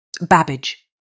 Babbage